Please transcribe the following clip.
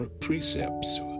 precepts